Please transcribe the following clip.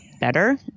Better